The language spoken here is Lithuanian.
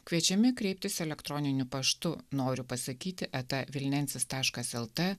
kviečiami kreiptis elektroniniu paštu noriu pasakyti eta vilnensis taškas lt